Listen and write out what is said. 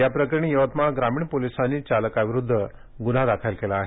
याप्रकरणी यवतमाळ ग्रामीण पोलिसांनी चालकाविरुद्ध गुन्हा नोंद केला आहे